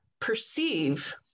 perceive